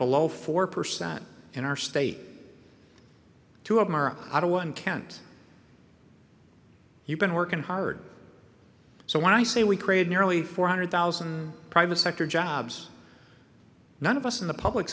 below four percent in our state two of them are out of one count you've been working hard so when i say we created nearly four hundred thousand private sector jobs none of us in the public